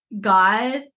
God